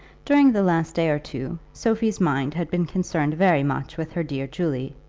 during the last day or two sophie's mind had been concerned very much with her dear julie,